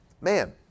man